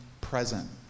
present